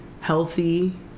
healthy